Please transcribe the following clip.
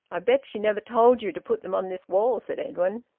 i bet she never told you to put them on this wall, said edwin.